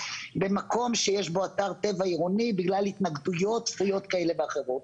במקום שיש בו אתר טבע עירוני בגלל התנגדויות צפויות כאלה ואחרות.